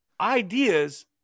ideas